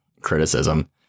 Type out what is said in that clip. criticism